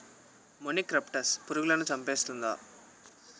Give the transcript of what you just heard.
మొనిక్రప్టస్ పురుగులను చంపేస్తుందా?